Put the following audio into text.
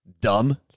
dumb